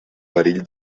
perill